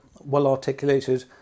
well-articulated